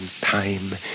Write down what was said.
time